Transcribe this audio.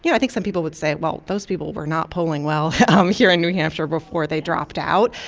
yeah i think some people would say, well, those people were not polling well um here in new hampshire before they dropped out.